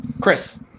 Chris